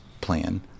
plan